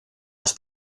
las